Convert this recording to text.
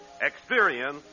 experience